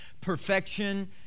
perfection